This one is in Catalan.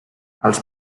els